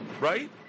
right